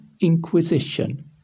inquisition